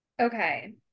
Okay